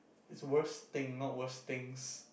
is worst thing not worse things